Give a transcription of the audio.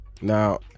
now